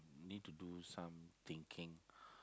need to do some thinking